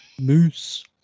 Moose